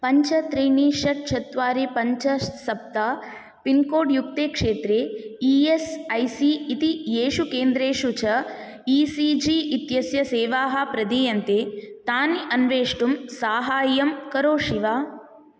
पञ्च त्रीणि षट् चत्वारि पञ्च सप्त पिन्कोड् युक्ते क्षेत्रे ई एस् ऐ सी इति येषु केन्द्रेषु च ई सी जी इत्यस्य सेवाः प्रदीयन्ते तानि अन्वेष्टुं साहाय्यं करोषि वा